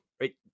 right